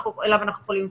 שאליו אנחנו יכולים להתייחס.